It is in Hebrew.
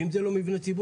ואם זה לא מבנה ציבור,